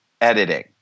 editing